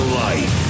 life